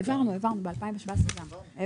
העברנו, העברנו ב- 2017 העברנו.